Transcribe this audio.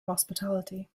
hospitality